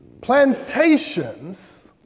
Plantations